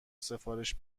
سفارش